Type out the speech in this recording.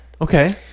Okay